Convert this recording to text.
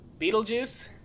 beetlejuice